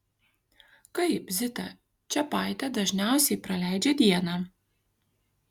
kaip zita čepaitė dažniausiai praleidžia dieną